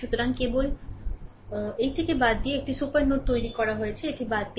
সুতরাং কেবল এইটিকে বাদ দিয়ে একটি সুপার নোড তৈরি করা হয়েছে এটি বাদ দিন